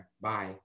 bye